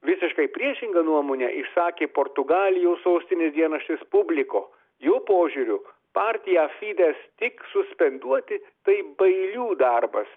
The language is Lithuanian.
visiškai priešingą nuomonę išsakė portugalijos sostinės dienraštis publiko jų požiūriu partiją fidez tik suspenduoti tai bailių darbas